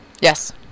Yes